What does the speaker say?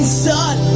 sun